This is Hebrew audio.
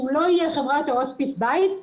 שהוא לא יהיה חברת ההוספיס בית,